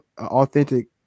authentic